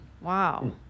wow